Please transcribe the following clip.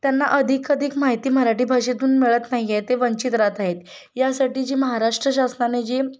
त्यांना अधिकअधिक माहिती मराठी भाषेतून मिळत नाही आहे ते वंचित राहात आहेत यासाठी जी महाराष्ट्र शासनाने जे